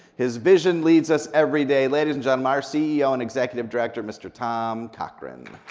his vision leads us every day. ladies and gentlemen, our ceo and executive director, mr. tom cochran.